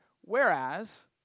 whereas